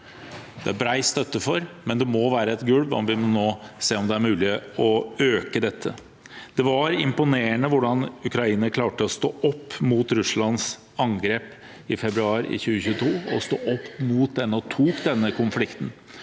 er det bred støtte for, men det må være som et gulv, og vi må nå se om det er mulig å øke dette. Det var imponerende hvordan Ukraina klarte å stå opp mot Russlands angrep i februar 2022. De sto opp og tok denne konflikten,